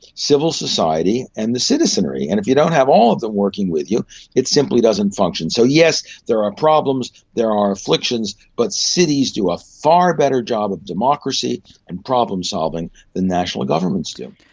civil society and the citizenry, and if you don't have all of them working with you it simply doesn't function. so yes, there are problems, there are afflictions, but cities do a far better job of democracy and problem-solving than national governments do.